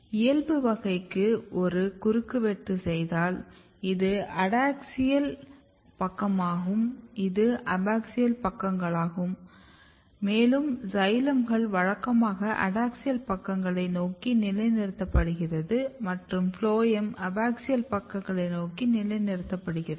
இயல்பு வகைக்கு ஒரு குறுக்குவெட்டு செய்தால் இது அடாக்ஸியல் பக்கமாகும் இது அபாக்ஸியல் பக்கங்களாகும் மேலும் சைலம்கள் வழக்கமாக அடாக்ஸியல் பக்கங்களை நோக்கி நிலைநிறுத்தப்படுகிறது மற்றும் ஃபுளோயம் அபாக்ஸியல் பக்கங்களை நோக்கி நிலைநிறுத்தப்படுகிறது